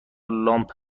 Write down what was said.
لامپ